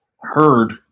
heard